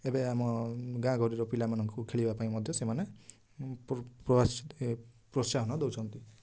ଏବେ ଆମ ଗାଁ ଗହଳିର ପିଲାମାନଙ୍କୁ ଖେଳିବା ପାଇଁ ମଧ୍ୟ ସେମାନେ ଏ ପ୍ରୋତ୍ସାହନ ଦେଉଛନ୍ତି